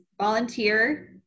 volunteer